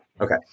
Okay